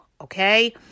okay